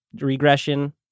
regression